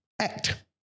act